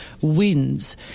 wins